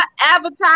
advertise